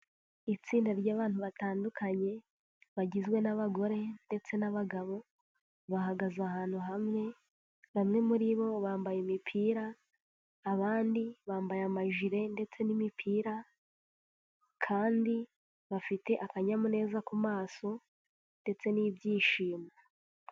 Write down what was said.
Itsinda ry'abantu batandukanye bagizwe n'abagore ndetse n'abagabo, bahagaze ahantu hamwe bamwe muri bo bambaye imipira, abandi bambaye amajire ndetse n'imipira kandi bafite akanyamuneza ku maso ndetse n'ibyishimo.